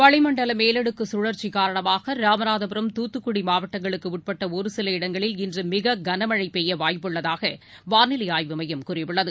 வளிமண்டலமேலடுக்குசழற்சிகாரணமாக இராமநாதபுரம் தூத்துக்குடிமாவட்டங்களுக்குஉட்பட்டஒருசில இடங்களில் இன்றுமிககளமழைபெய்யவாய்ப்புள்ளதாகவானிலைஆய்வு மையம் கூறியுள்ளது